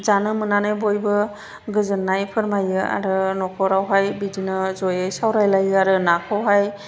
जानो मोननानै बयबो गोजोननाय फोरमायो आरो न'खरावहाय बिदिनो जयै सावरायलायो आरो नाखौहाय